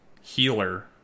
healer